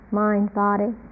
mind-body